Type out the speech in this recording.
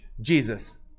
Jesus